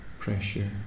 Pressure